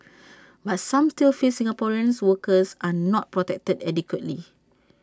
but some still feel Singaporeans workers are not protected adequately